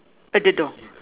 at the door